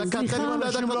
הזמנים.